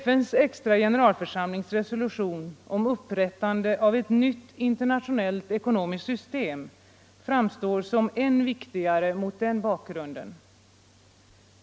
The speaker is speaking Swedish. FN:s extra generalförsamlings resolution om upprättande av ett nytt internationellt ekonomiskt system framstår mot den bakgrunden som än viktigare.